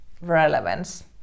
relevance